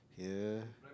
here